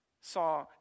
saw